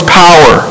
power